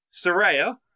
Soraya